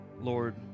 Lord